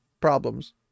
problems